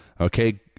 Okay